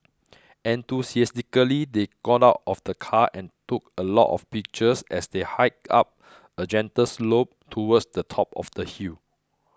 enthusiastically they got out of the car and took a lot of pictures as they hiked up a gentle slope towards the top of the hill